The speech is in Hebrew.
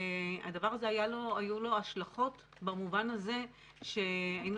ולדבר הזה היו השלכות במובן הזה שהיינו